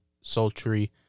sultry